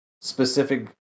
specific